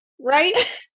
Right